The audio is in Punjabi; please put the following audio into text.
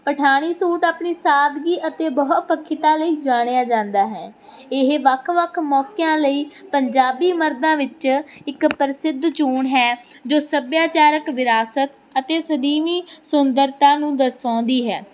ਪਠਾਣੀ ਸੂਟ ਆਪਣੀ ਸਾਦਗੀ ਅਤੇ ਬਹੁਪੱਖੀਤਾ ਲਈ ਜਾਣਿਆ ਜਾਂਦਾ ਹੈ ਇਹ ਵੱਖ ਵੱਖ ਮੌਕਿਆਂ ਲਈ ਪੰਜਾਬੀ ਮਰਦਾਂ ਵਿੱਚ ਇੱਕ ਪ੍ਰਸਿੱਧ ਚੋਣ ਹੈ ਜੋ ਸੱਭਿਆਚਾਰਕ ਵਿਰਾਸਤ ਅਤੇ ਸਦੀਵੀ ਸੁੰਦਰਤਾ ਨੂੰ ਦਰਸਾਉਂਦੀ ਹੈ